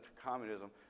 communism